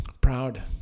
proud